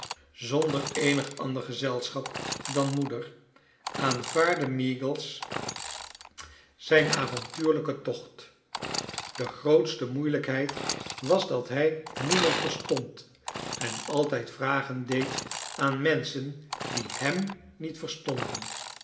zonder eenig ander gezelschap dan moeder aanvaardde meagles zijn avontuurlijken tocht de grootste moeilijkheid was dat hij niemand verstond en altijd vragen deed aan menschen die hem niet verstonden